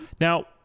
now